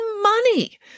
money